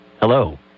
Hello